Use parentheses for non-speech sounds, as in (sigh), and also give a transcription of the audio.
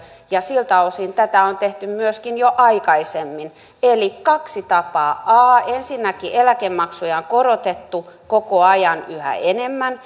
ja siltä osin tätä on tehty myöskin jo aikaisemmin eli kaksi tapaa ensinnäkin eläkemaksuja on korotettu koko ajan yhä enemmän (unintelligible)